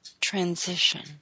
transition